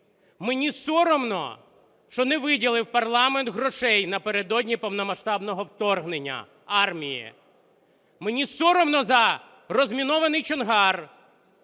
Мені соромно, що не виділив парламент грошей напередодні повномасштабного вторгнення армії. Мені соромно за розмінований Чонгар,